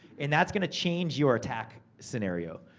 and that's gonna change your attack scenario.